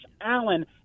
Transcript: Allen